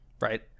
right